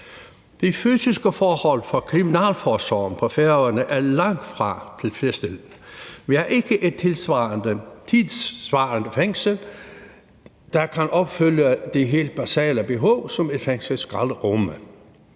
De fysiske forhold i kriminalforsorgen på Færøerne er langtfra tilfredsstillende. Vi har ikke et tidsvarende fængsel, der kan opfylde de helt basale behov, som et fængsel skal kunne.